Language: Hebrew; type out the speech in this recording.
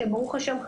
שברוך השם,